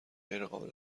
غیرقابل